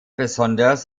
besonders